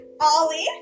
Ollie